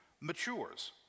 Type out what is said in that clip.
matures